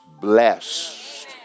blessed